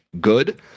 good